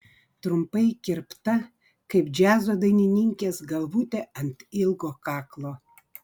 trumpai kirpta kaip džiazo dainininkės galvutė ant ilgo kaklo